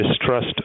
distrust